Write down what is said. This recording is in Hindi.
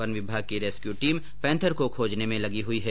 वन विभाग की रेस्क्यू टीम पेंथर को खोजने में लगी हुई हैं